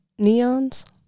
neons